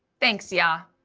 thanks, yah.